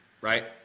right